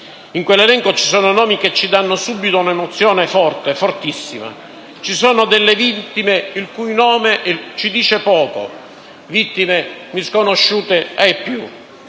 In quell'elenco ci sono nomi che ci danno subito un'emozione fortissima; ci sono delle vittime il cui nome ci dice poco, vittime sconosciute ai più.